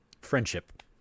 friendship